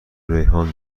ریحان